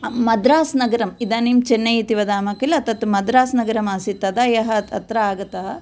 मद्रास् नगरम् इदानीं चेन्नै इति वदामः किल तत् मद्रास् नगरं आसीत् तदा यः अत्र आगतः